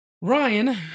Ryan